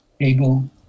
able